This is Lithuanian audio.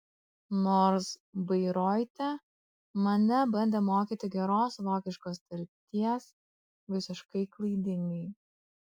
nors bairoite mane bandė mokyti geros vokiškos tarties visiškai klaidingai